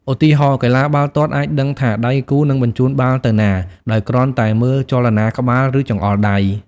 ឧទាហរណ៍ កីឡាករបាល់ទាត់អាចដឹងថាដៃគូនឹងបញ្ជូនបាល់ទៅណា ដោយគ្រាន់តែមើលចលនាក្បាល ឬចង្អុលដៃ។